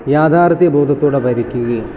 യാഥാർഥ്യ ബോധത്തോടെ വരയ്ക്കുകയും